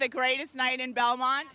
think greatest night in belmont